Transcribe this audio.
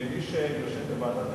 כמי שיושב בוועדת הכספים,